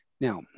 Now